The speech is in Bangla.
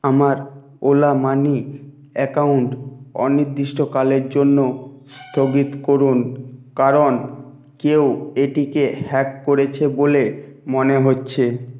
আমার ওলা মানি অ্যাকাউন্ট অনিদিষ্টকালের জন্য স্থগিত করুন কারণ কেউ এটিকে হ্যাক করেছে বলে মনে হচ্ছে